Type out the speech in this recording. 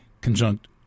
conjunct